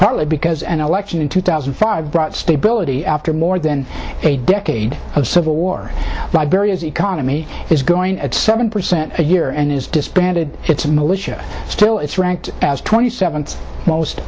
partly because an election in two thousand and five brought stability after more than a decade of civil war liberia's economy is growing at seven percent a year and is disbanded its militia still it's ranked as twenty seventh most